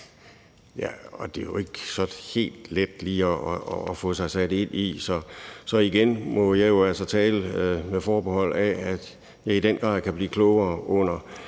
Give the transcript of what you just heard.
her er jo ikke helt let at sætte sig ind i, så igen må jeg jo altså tale med det forbehold, at jeg i den grad kan blive klogere under